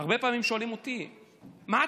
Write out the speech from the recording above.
הרבה